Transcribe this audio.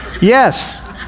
Yes